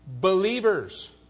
believers